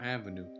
Avenue